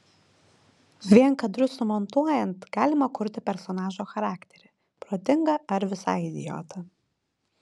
vien kadrus sumontuojant galima kurti personažo charakterį protingą ar visai idiotą